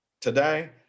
today